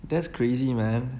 that's crazy man